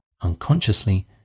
Unconsciously